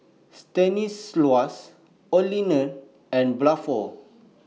Stanislaus Olene and Bluford